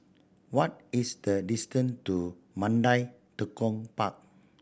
what is the distance to Mandai Tekong Park